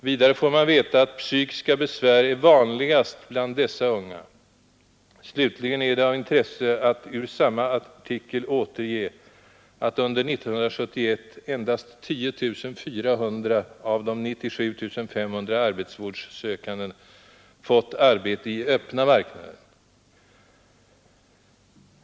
Vidare får man veta att psykiska besvär är vanligast bland dessa unga. Slutligen är det av intresse att ur samma artikel återge att under 1971 endast 10400 av de 97 500 arbetsvårdssökande fått arbete i öppna marknaden.